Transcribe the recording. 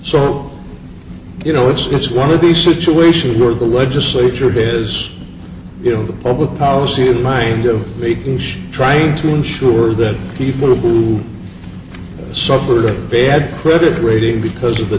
so you know it's it's one of these situations where the legislature has you know the public policy in mind of making sure trying to ensure that people who suffer bad credit rating because of the